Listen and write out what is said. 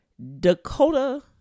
Dakota